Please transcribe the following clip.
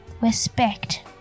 Respect